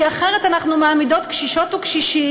כי אחרת אנחנו מעמידות קשישות וקשישים,